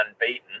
unbeaten